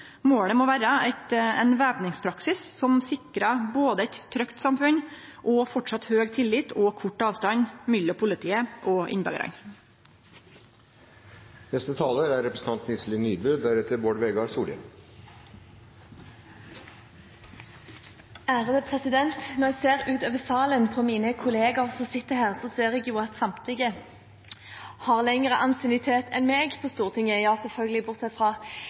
Målet må vere ein væpningspraksis som sikrar både eit trygt samfunn og framleis stor tillit og kort avstand mellom politiet og innbyggjarane. Når jeg ser utover salen på mine kollegaer som sitter her, ser jeg jo at samtlige har lengre ansiennitet enn meg på Stortinget – selvfølgelig bortsett fra